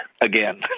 again